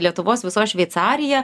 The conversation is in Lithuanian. lietuvos visos šveicarija